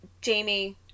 Jamie